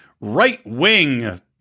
right-wing